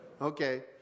Okay